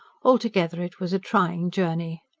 altogether it was a trying journey.